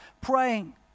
praying